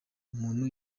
umuntu